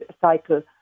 cycle